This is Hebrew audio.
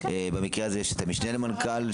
במקרה הזה יש משנה למנכ"ל.